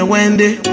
Wendy